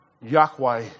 Yahweh